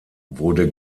wurde